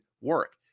work